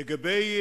לגבי